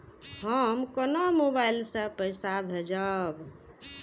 हम केना मोबाइल से पैसा भेजब?